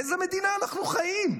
באיזו מדינה אנחנו חיים?